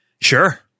Sure